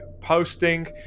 posting